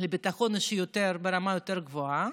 לביטחון אישי ברמה יותר גבוהה.